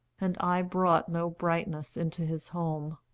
and i brought no brightness into his home.